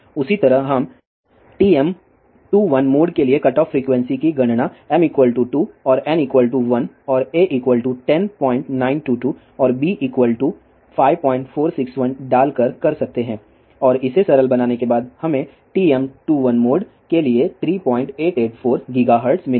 उसी तरह हम TM21 मोड के लिए कटऑफ फ्रीक्वेंसी की गणना m 2 और n 1 और a 10922 और b 5461 डालकर कर सकते हैं और इसे सरल बनाने के बाद हमें TM21 मोड के लिए 3884 GHz मिलेगा